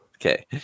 Okay